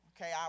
Okay